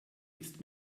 ist